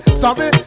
sorry